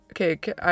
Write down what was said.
Okay